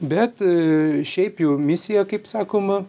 bet šiaip jau misija kaip sakoma